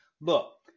Look